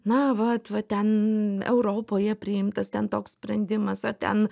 na vat va ten europoje priimtas ten toks sprendimas ar ten